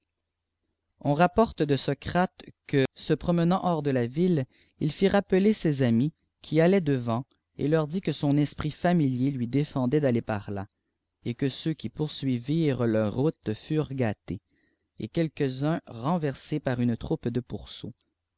on irapporte de socraie que se protnraant liûr de la ville il fit rappeler ses amis qui allaient defatit et lew dit'iftfe mif èsfffh familier lui défendait d'aller par là et q eau fw pôttihttfefeï leur route furent gâtés et quelques uns renversés par une troupe de pourceaux